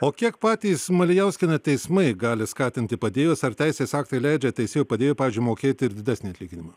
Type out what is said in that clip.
o kiek patys malijauskiene teismai gali skatinti padėjus ar teisės aktai leidžia teisėjų padėjui pavyzdžiui mokėti ir didesnį atlyginimą